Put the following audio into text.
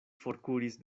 forkuris